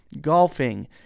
golfing